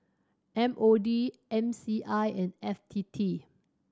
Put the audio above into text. M O D M C I and F T T